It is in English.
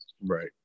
Right